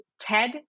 TED